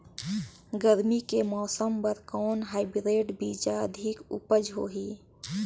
गरमी के मौसम बर कौन हाईब्रिड बीजा अधिक उपज होही?